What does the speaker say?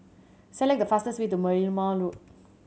select the fastest way to Merlimau Road